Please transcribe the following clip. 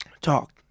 talk